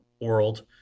world